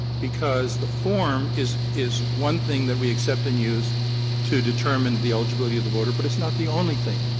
because the form is is one thing that we accept and use to determine the eligibility of the voter, but it's not the only thing.